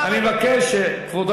אני מבקש שתחזור בך עכשיו, אדוני.